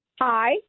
Hi